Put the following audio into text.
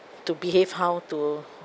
to behave how to